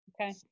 okay